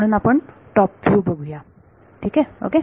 म्हणून आपण top view बघूया ओके